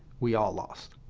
we all lost.